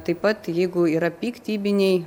taip pat jeigu yra piktybiniai